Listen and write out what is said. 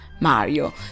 Mario